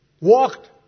walked